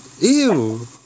Ew